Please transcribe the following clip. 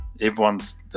everyone's